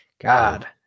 God